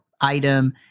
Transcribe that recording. item